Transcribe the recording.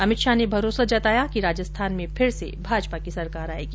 अमित शाह ने भरोसा जताया है कि राजस्थान में फिर से भाजपा की सरकार आयेगी